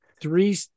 Three